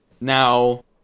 Now